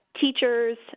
teachers